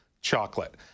chocolate